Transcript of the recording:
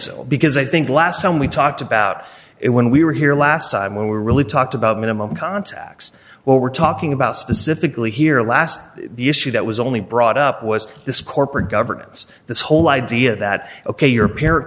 so because i think last time we talked about it when we were here last time we really talked about minimum contacts what we're talking about specifically here last the issue that was only brought up was this corporate governance this whole idea that ok your par